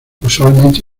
usualmente